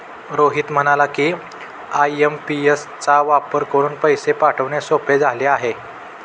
रोहित म्हणाला की, आय.एम.पी.एस चा वापर करून पैसे पाठवणे सोपे झाले आहे